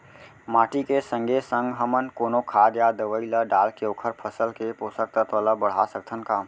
माटी के संगे संग हमन कोनो खाद या दवई ल डालके ओखर फसल के पोषकतत्त्व ल बढ़ा सकथन का?